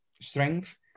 strength